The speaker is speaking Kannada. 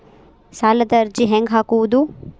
ಸಾಲದ ಅರ್ಜಿ ಹೆಂಗ್ ಹಾಕುವುದು?